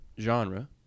genre